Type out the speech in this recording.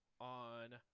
on